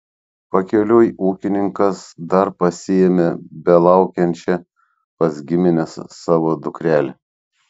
pakeliui ūkininkas dar pasiėmė belaukiančią pas gimines savo dukrelę